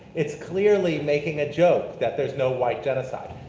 it's clearly making a joke that there's no white genocide.